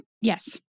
yes